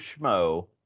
Schmo